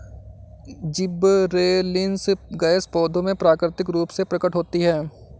gibberellins gas पौधों में प्राकृतिक रूप से प्रकट होती है